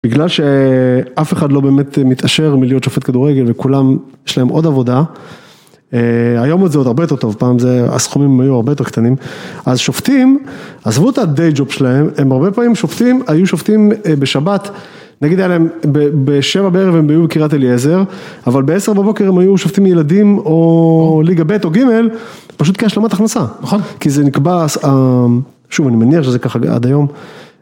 בגלל שאף אחד לא באמת מתעשר מלהיות שופט כדורגל וכולם, יש להם עוד עבודה, היום עוד זה עוד הרבה יותר טוב, פעם זה הסכומים היו הרבה יותר קטנים, אז שופטים עזבו את הדייג'ופ שלהם, הם הרבה פעמים, שופטים, היו שופטים בשבת, נגיד היה להם, בשבע בערב הם היו בקריית אליעזר, אבל בעשר בבוקר הם היו שופטים ילדים או ליגה ב' או ג', פשוט כי יש להם השלמות הכנסה, נכון? כי זה נקבע, שוב, אני מניח שזה ככה עד היום.